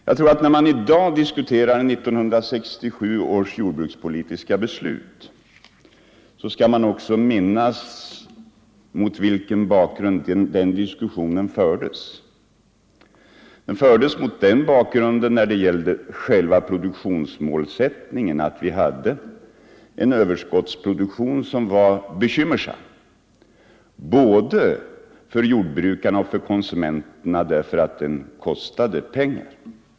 Jag tror att när man i dag diskuterar 1967 års jordbrukspolitiska beslut bör man minnas mot vilken bakgrund diskussionen den gången fördes. Den fördes mot den bakgrunden att vi hade en överskottsproduktion som var bekymmersam för både jordbrukarna och konsumenterna därför att den kostade pengar.